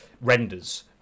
renders